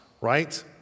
right